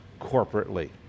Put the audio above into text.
corporately